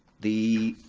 the,